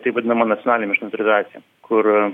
taip vadinama nacionalinė miškų inventorizacija kur